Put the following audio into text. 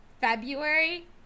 February